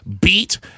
beat